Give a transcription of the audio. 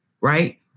right